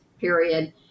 period